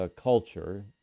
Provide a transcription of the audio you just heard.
culture